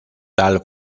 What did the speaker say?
tal